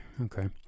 okay